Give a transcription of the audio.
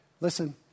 Listen